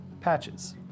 Patches